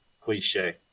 Cliche